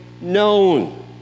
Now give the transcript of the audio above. known